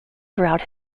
throughout